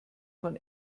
von